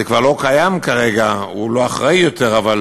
זה כבר לא קיים כרגע, הוא לא אחראי יותר, אבל